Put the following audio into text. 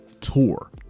tour